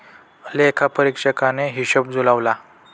लेखापरीक्षकाने हिशेब जुळवला